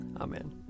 Amen